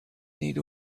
need